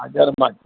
હાજરમાં જ છે